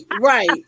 right